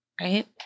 Right